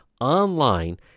online